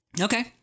Okay